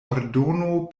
ordono